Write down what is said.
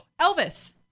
Elvis